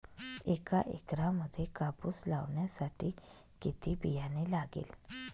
एका एकरामध्ये कापूस लावण्यासाठी किती बियाणे लागेल?